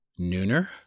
nooner